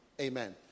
Amen